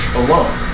alone